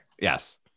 Yes